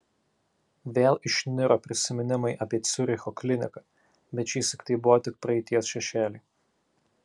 vėl išniro prisiminimai apie ciuricho kliniką bet šįsyk tai buvo tik praeities šešėliai